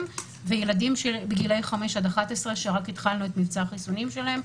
וילדים בגילאי 5 עד 11 שרק התחלנו את מבצע החיסונים שלהם.